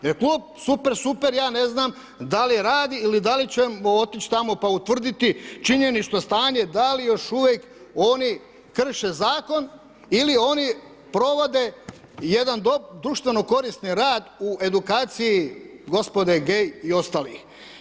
Jer klub Super, super ja ne znam da li radi ili da li ćemo otići tamo pa utvrditi činjenično stanje da li još uvijek oni krše zakon ili one provode jedan društveno korisni rad u edukaciji gospode gay i ostalih?